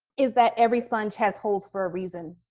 is that every sponge has holes for a reason.